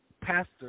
pastor